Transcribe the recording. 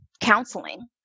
counseling